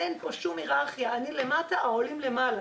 אין פה שום היררכיה, אני למטה, העולים למעלה,